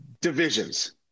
divisions